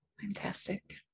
Fantastic